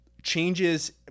changes